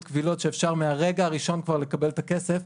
קבילות שאפשר מהרגע הראשון כבר לקבל את הכסף,